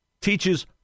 teaches